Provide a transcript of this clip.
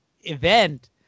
event